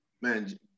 Man